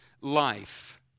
life